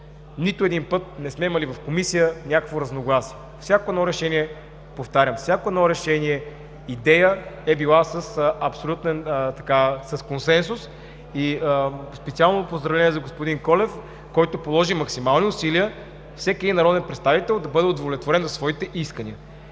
нито един път не сме имали някакво разногласие. Всяко едно решение, повтарям, всяко едно решение, идея е била с абсолютен консенсус. Специално поздравление за господин Колев, който положи максимални усилия всеки един народен представител да бъде удовлетворен за своите искания.